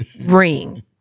ring